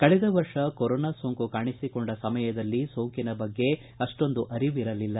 ಕಳೆದ ವರ್ಷ ಕೊರೋನಾ ಸೋಂಕು ಕಾಣಿಸಿಕೊಂಡ ಸಮಯದಲ್ಲಿ ಸೋಂಕಿನ ಬಗ್ಗೆ ಅಷ್ಣೊಂದು ಅರಿವಿರಲಿಲ್ಲ